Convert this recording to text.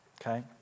okay